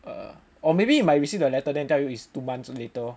err or maybe you might receive the letter then tell you is two months later lor